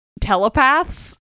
telepaths